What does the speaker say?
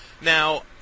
Now